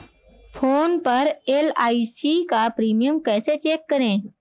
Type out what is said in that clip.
Phone पर LIC का premium कैसे चेक करें?